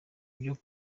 byari